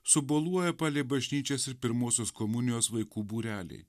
suboluoja palei bažnyčias ir pirmosios komunijos vaikų būreliai